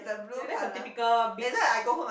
ya that's the typically beach